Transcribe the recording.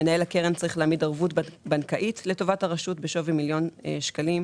מנהל הקרן צריך להעמיד ערבות בנקאית לטובת הרשות בשווי מיליון שקלים,